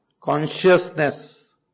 consciousness